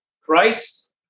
Christ